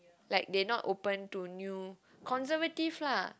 like they not open to new conservative lah